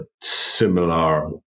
similar